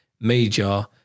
major